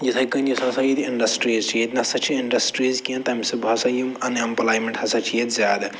یِتھَے کٔنۍ یُس ہسا ییٚتہِ اِنڈَسرٛیٖز چھِ ییٚتہِ نہ سہ چھِ اِنڈَسٹرٛیٖز کیٚنہہ تَمہِ سۭتۍ بہٕ ہسا یِمہٕ اَن ایمپٕلایمنٛٹ ہسا چھِ ییٚتہِ زیادٕ